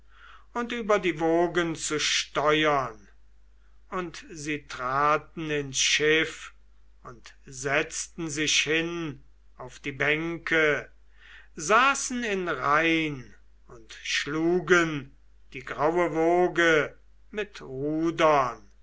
und schnell die seile vom ufer zu lösen und sie traten ins schiff und setzten sich hin auf die bänke saßen in reihn und schlugen die graue woge mit rudern